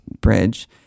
bridge